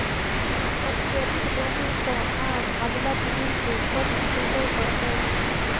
अत्यधिक दोहन सँ आबअबला पीढ़ी के कष्ट भोगय पड़तै